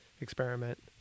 experiment